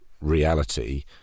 reality